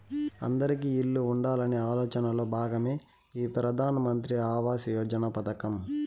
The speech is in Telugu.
అందిరికీ ఇల్లు ఉండాలనే ఆలోచనలో భాగమే ఈ ప్రధాన్ మంత్రి ఆవాస్ యోజన పథకం